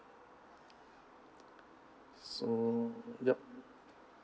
so yup